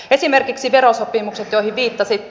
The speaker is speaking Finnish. esimerkiksi verosopimukset joihin viittasitte